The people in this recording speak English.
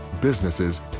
businesses